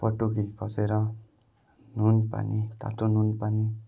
पटुकी कसेर नुन पानी तातो नुन पानी